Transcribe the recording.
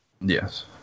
Yes